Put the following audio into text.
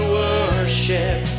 worship